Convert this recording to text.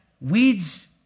Weeds